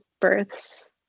births